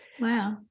Wow